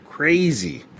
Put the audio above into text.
Crazy